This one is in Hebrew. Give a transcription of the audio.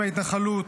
מההתנחלות,